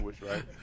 right